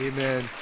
Amen